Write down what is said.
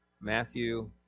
Matthew